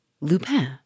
Lupin